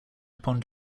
upon